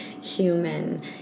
human